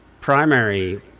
primary